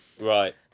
Right